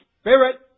Spirit